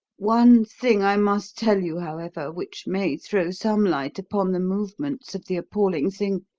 one thing i must tell you, however, which may throw some light upon the movements of the appalling thing.